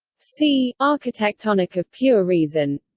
c. architectonic of pure reason